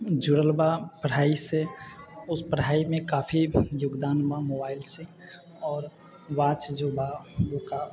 जुड़ल बा पढ़ाइ से ओहि पढ़ाइमे काफी योगदान बा मोबाइल से आओर वॉच जो बा